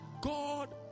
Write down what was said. god